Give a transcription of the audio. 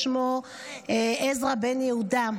שמו עזרא בן יהודה.